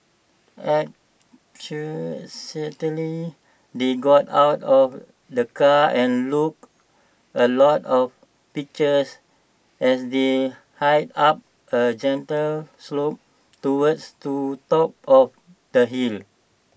they got out of the car and look A lot of pictures as they hiked up A gentle slope towards to top of the hill